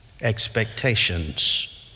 expectations